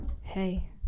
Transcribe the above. hey